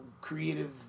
creative